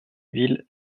ville